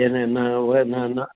येन न व न न